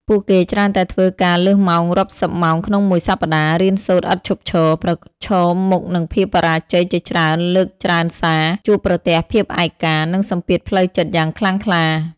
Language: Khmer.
ពួកគេច្រើនតែធ្វើការលើសម៉ោងរាប់សិបម៉ោងក្នុងមួយសប្តាហ៍ រៀនសូត្រឥតឈប់ឈរ ប្រឈមមុខនឹងភាពបរាជ័យជាច្រើនលើកច្រើនសារ ជួបប្រទះភាពឯកា និងសម្ពាធផ្លូវចិត្តយ៉ាងខ្លាំងក្លា។